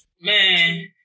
Man